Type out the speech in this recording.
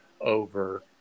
over